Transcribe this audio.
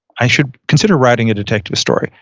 i should consider writing a detective story.